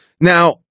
Now